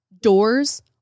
doors